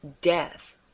death